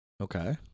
Okay